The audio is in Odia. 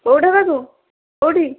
କେଉଁଠି ରହିବୁ କେଉଁଠି